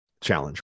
challenge